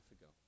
ago